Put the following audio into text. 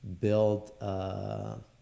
build